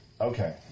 Okay